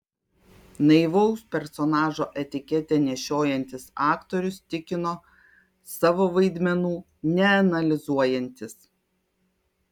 naivaus personažo etiketę nešiojantis aktorius tikino savo vaidmenų neanalizuojantis